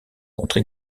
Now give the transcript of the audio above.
contre